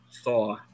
thaw